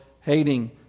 hating